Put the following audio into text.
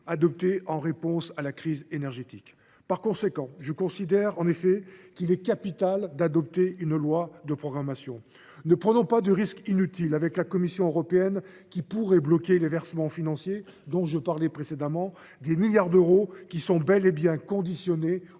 adopté en réponse à la crise énergétique. Par conséquent, je considère qu’il est capital d’adopter une loi de programmation. Ne prenons pas de risques inutiles avec la Commission européenne, qui pourrait bloquer les versements financiers que j’évoquais à l’instant, car ces milliards d’euros sont bel et bien conditionnés